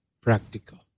practical